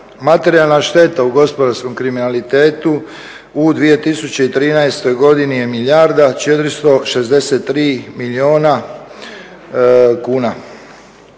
Materijalna šteta u gospodarskom kriminalitetu u 2013.godini je milijarda 463 milijuna kuna.